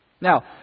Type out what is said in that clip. Now